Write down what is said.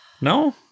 No